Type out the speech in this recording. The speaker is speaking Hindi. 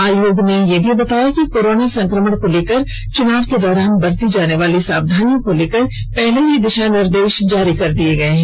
आयोग ने यह भी बताया कि कोरोना संक्रमण को लेकर चुनाव के दौरान बरती जाने वाली सावधानियों को लेकर पहले ही दिशा निर्देश जारी कर दिए गए हैं